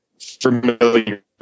familiar